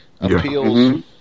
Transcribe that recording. appeals